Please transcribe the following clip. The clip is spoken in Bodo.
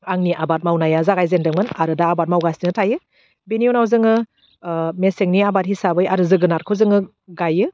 आंनि आबाद मावनाया जागायजेनदोंमोन आरो दा आबाद मावगासिनो थायो बिनि उनाव जोङो ओह मेसेंनि आबाद हिसाबै आरो जोगोनारखौ जोङो गायो